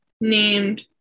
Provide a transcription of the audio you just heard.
named